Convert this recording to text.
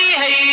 hey